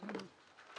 הסדרת כל ההכנסות.